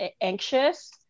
anxious